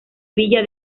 villa